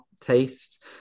taste